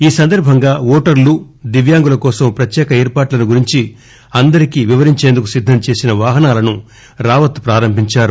ఈ సందర్బంగా ఓటర్లు దివ్యాంగులకోసం ప్రత్యేక ఏర్పాట్లను గురించి అందరికి వివరించేందుకు సిద్ధం చేసిన వాహనాలను రావత్ ప్రారంభించారు